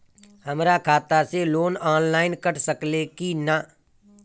हमरा खाता से लोन ऑनलाइन कट सकले कि न?